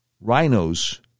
rhinos